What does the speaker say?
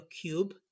cube